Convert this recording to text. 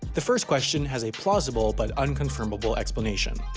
the first question has a plausible but unconformable explanation.